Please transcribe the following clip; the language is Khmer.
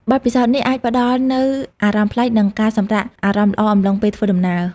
បទពិសោធន៍នេះអាចផ្ដល់នូវ អារម្មណ៍ប្លែក និងការ សម្រាកអារម្មណ៍ល្អ អំឡុងពេលធ្វើដំណើរ។